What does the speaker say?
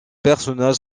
personnage